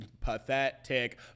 pathetic